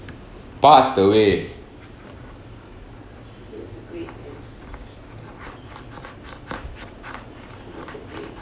passed away